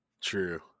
true